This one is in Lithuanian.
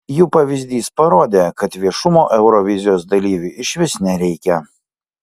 jų pavyzdys parodė kad viešumo eurovizijos dalyviui išvis nereikia